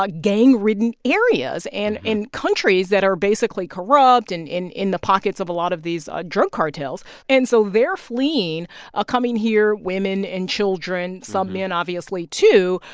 ah gang-ridden areas and in countries that are, basically, corrupt and in in the pockets of a lot of these drug cartels. and so they're fleeing ah coming here, women and children, some men, obviously, too,